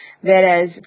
Whereas